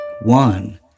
One